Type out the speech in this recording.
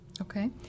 Okay